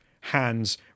hands